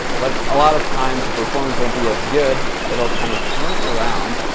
but a lot of times the performance won't be as good, but it'll kind of turn around.